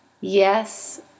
Yes